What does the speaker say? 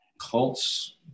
cults